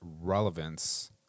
relevance